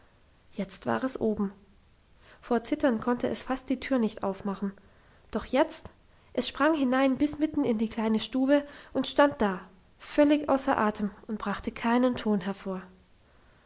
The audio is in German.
jetzt war es oben vor zittern konnte es fast die tür nicht aufmachen doch jetzt es sprang hinein bis mitten in die kleine stube und stand da völlig außer atem und brachte keinen ton hervor